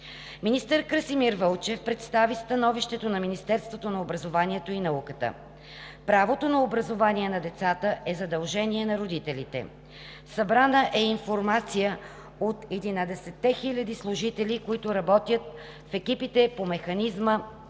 Министър Красимир Вълчев представи становището на Министерството на образованието и науката. Правото на образование на децата е задължение на родителите. Събрана е информация от 11 000 служители, които работят в екипите по Механизма